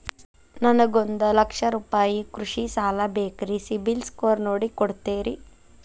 ನನಗೊಂದ ಲಕ್ಷ ರೂಪಾಯಿ ಕೃಷಿ ಸಾಲ ಬೇಕ್ರಿ ಸಿಬಿಲ್ ಸ್ಕೋರ್ ನೋಡಿ ಕೊಡ್ತೇರಿ?